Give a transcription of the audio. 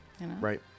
Right